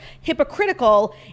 hypocritical